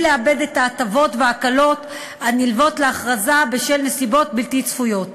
לאבד את ההטבות וההקלות הנלוות להכרזה בשל נסיבות בלתי צפויות.